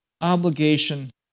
obligation